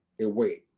away